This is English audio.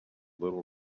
little